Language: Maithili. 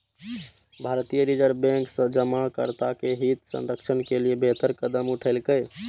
भारतीय रिजर्व बैंक जमाकर्ता के हित संरक्षण के लिए बेहतर कदम उठेलकै